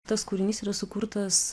tas kūrinys yra sukurtas